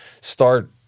start